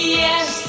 yes